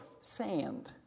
sand